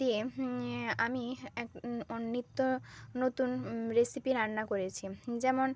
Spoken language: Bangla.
দিয়ে এ আমি এক অন নিত্যনতুন রেসিপি রান্না করেছি যেমন